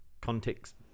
context